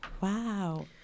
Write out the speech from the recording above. Wow